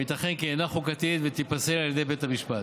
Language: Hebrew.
וייתכן כי אינה חוקתית ותיפסל על ידי בית המשפט.